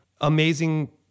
amazing